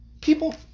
people